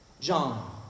John